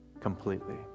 Completely